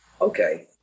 okay